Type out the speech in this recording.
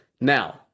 Now